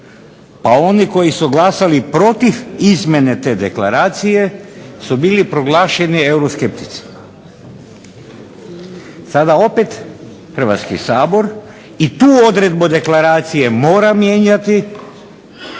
a oni koji su glasali protiv izmjene te deklaracije su bili proglašeni euroskeptici. Sada opet Hrvatski sabor i tu odredbu deklaracije mora mijenjati.